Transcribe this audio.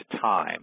time